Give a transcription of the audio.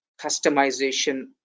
customization